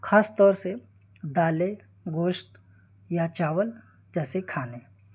خاص طور سے دالیں گوشت یا چاول جیسے کھانے